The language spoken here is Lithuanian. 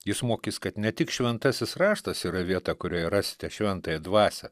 jis mokys kad ne tik šventasis raštas yra vieta kurioje rasite šventąją dvasią